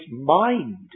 mind